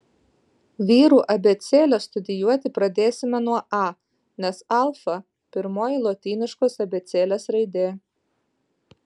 vyrų abėcėlę studijuoti pradėsime nuo a nes alfa pirmoji lotyniškos abėcėlės raidė